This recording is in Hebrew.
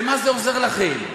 למה זה עוזר לכם?